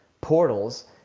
portals